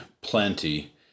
plenty